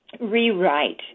rewrite